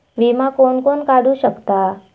विमा कोण कोण काढू शकता?